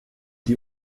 die